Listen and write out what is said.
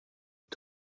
est